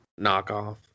knockoff